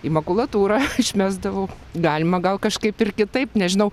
į makulatūrą išmesdavau galima gal kažkaip ir kitaip nežinau